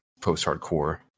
post-hardcore